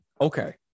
Okay